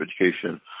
Education